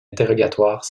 interrogatoire